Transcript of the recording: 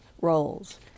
roles